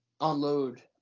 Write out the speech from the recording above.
unload